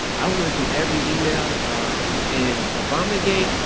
i went through every email um in obama gate.